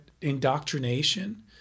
indoctrination